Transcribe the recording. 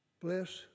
bless